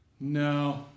No